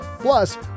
Plus